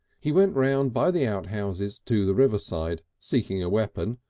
he went round by the outhouses to the riverside, seeking a weapon,